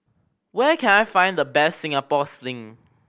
where can I find the best Singapore Sling